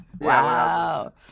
Wow